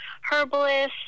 herbalist